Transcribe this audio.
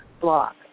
block